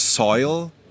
Soil